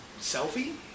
Selfie